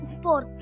sport